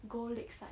go lakeside